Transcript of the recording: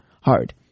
hard